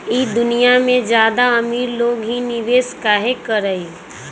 ई दुनिया में ज्यादा अमीर लोग ही निवेस काहे करई?